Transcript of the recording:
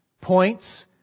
points